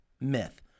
myth